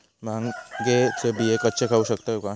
भांगे चे बियो कच्चे खाऊ शकताव काय?